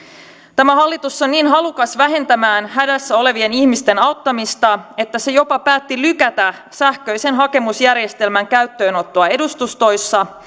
tämä hallitus on niin halukas vähentämään hädässä olevien ihmisten auttamista että se jopa päätti lykätä sähköisen hakemusjärjestelmän käyttöönottoa edustustoissa